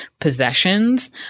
possessions